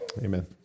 amen